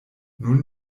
nun